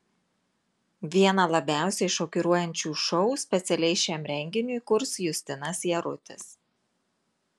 vieną labiausiai šokiruojančių šou specialiai šiam renginiui kurs justinas jarutis